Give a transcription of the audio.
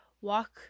walk